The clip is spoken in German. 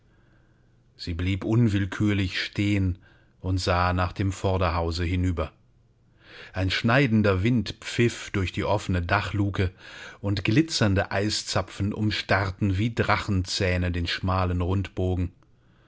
sie blieb unwillkürlich stehen und sah nach dem vorderhause hinüber ein schneidender wind pfiff durch die offene dachluke und glitzernde eiszapfen umstarrten wie drachenzähne den schmalen rundbogen